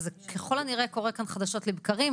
וזה ככל הנראה קורה כאן חדשות לבקרים,